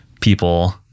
people